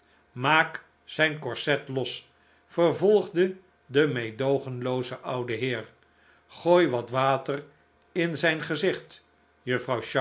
maak zijn corset los vervolgde de meedoogenlooze oude heer gooi wat water in zijn gezicht